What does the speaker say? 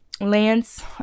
Lance